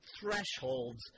thresholds